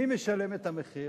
מי משלם את המחיר?